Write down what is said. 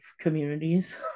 communities